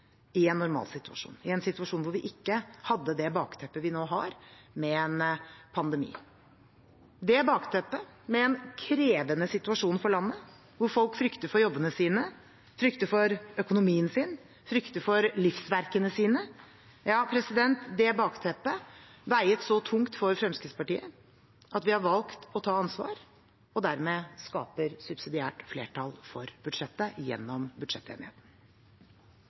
i en normal situasjon, i en situasjon hvor vi ikke hadde det bakteppet vi nå har, med en pandemi. Det bakteppet, med en krevende situasjon for landet, hvor folk frykter for jobben sin, frykter for økonomien sin, frykter for livsverkene sine, ja, det bakteppet veide så tungt for Fremskrittspartiet at vi har valgt å ta ansvar og dermed skape subsidiært flertall for budsjettet gjennom budsjettenigheten.